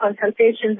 consultations